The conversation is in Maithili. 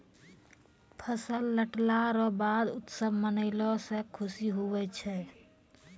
फसल लटला रो बाद उत्सव मनैलो से खुशी हुवै छै